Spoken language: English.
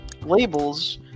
labels